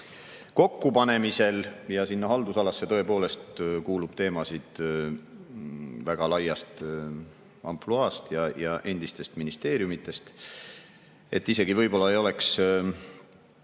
kokkupanemisel ja sinna haldusalasse tõepoolest kuulub teemasid väga laiast ampluaast ja endistest ministeeriumidest, siis võib-olla ei oleks